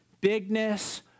bigness